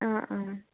অ অ